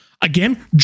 Again